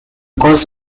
cause